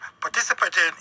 participating